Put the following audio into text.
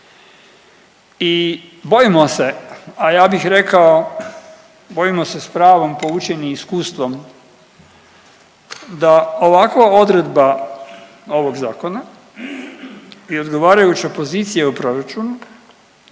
I bojimo se, a ja bih rekao, bojimo se s pravom poučeni iskustvom da ovakva odredba ovog zakona i odgovarajuća pozicija u proračunu